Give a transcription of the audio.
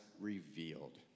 revealed